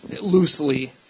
Loosely